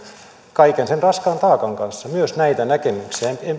kaiken sen raskaan taakan kanssa myös näitä näkemyksiä